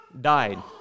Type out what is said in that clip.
died